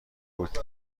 بود